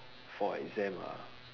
for exam ah